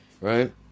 right